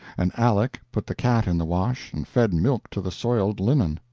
and aleck put the cat in the wash and fed milk to the soiled linen.